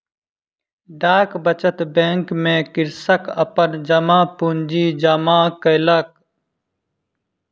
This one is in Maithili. डाक बचत बैंक में कृषक अपन जमा पूंजी जमा केलक